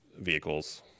vehicles